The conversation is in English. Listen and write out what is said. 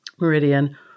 meridian